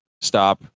Stop